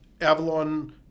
Avalon